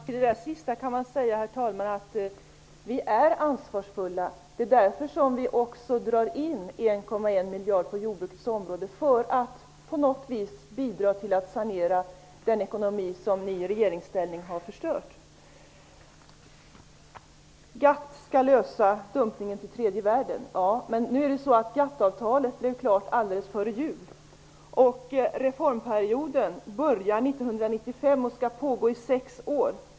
Herr talman! Beträffande det sistnämnda kan sägas att vi är ansvarsfulla. Vi drar in 1,1 miljarder på jordbrukets område för att på något vis bidra till en sanering av den ekonomi som ni i regeringsställning har förstört. GATT skall lösa det här med dumpningen av överskott till tredje världen. Ja, men GATT-avtalet blev klart strax före jul. Reformperioden börjar 1995 och sträcker sig över sex år.